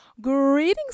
greetings